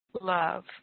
love